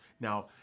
Now